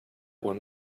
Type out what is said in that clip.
when